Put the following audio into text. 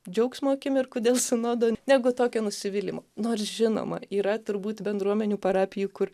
džiaugsmo akimirkų dėl sinodo negu tokio nusivylimo nors žinoma yra turbūt bendruomenių parapijų kur